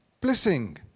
blessing